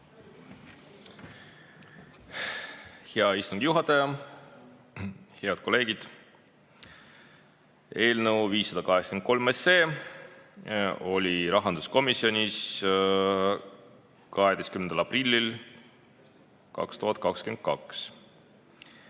Hea istungi juhataja! Head kolleegid! Eelnõu 583 oli rahanduskomisjonis 12. aprillil 2022.